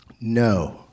No